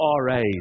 RAs